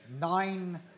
nine